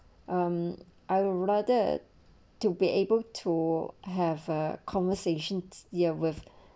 um I rather to be able to have a conversation ya with